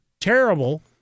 terrible